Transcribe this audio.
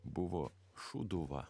buvo šūduva